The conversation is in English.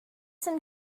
some